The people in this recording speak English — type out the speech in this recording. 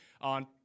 on